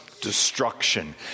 destruction